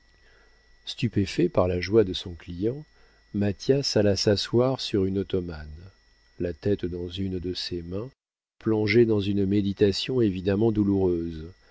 stupéfait par la joie de son client mathias alla s'asseoir sur une ottomane la tête dans une de ses mains plongé dans une méditation évidemment douloureuse